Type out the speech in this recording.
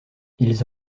ils